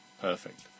perfect